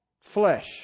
flesh